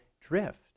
drift